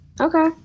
okay